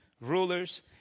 rulers